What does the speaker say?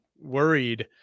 worried